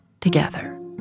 together